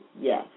yes